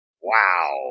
Wow